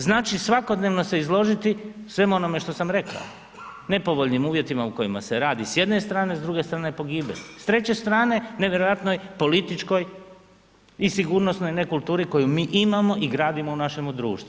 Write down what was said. Znači svakodnevno se izložiti svemu onome što sam rekao, nepovoljnim uvjetima u kojima se radi s jedne strane, s druge strane pogibelj, s treće strane nevjerojatnoj političkoj i sigurnosnoj kulturi koju mi imamo i gradimo u našemu društvu.